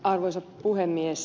arvoisa puhemies